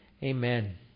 Amen